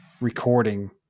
recording